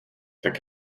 tak